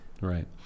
Right